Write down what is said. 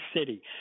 city